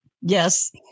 Yes